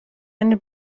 eine